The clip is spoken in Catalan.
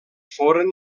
foren